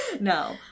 No